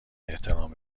احترام